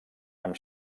amb